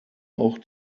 auch